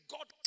God